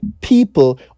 people